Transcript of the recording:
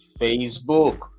facebook